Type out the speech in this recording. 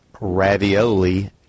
ravioli